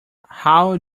how